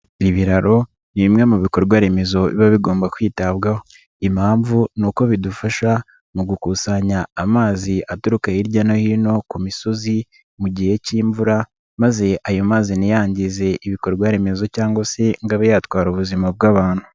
Ibiraro ni bimwe mu bikorwa remezo biba bigomba kwitabwaho, impamvu ni uko bidufasha mu gukusanya amazi aturuka hirya no hino ku misozi mu gihe cy'imvura maze ayo mazi ntiyangize ibikorwa remezo cyangwa se ngo abe yatwara ubuzima bw'abantu.